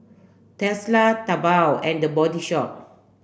Tesla Taobao and The Body Shop